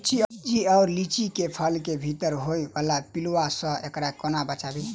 लिच्ची वा लीची केँ फल केँ भीतर होइ वला पिलुआ सऽ एकरा कोना बचाबी?